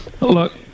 Look